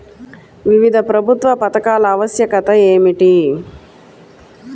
వివిధ ప్రభుత్వ పథకాల ఆవశ్యకత ఏమిటీ?